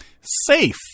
safe